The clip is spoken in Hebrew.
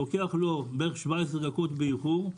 לוקח לו בערך 17 דקות באיחור,